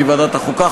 כי ועדת החוקה,